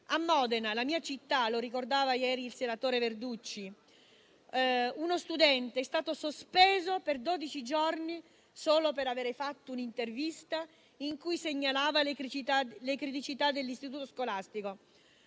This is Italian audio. A Modena, la mia città - lo ricordava ieri il senatore Verducci - uno studente è stato sospeso per dodici giorni solo per aver fatto un'intervista in cui segnalava le criticità dell'istituto scolastico.